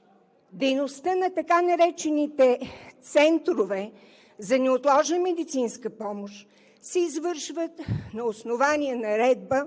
– дейността на така наречените центрове за неотложна медицинска помощ се извършват на основание наредба,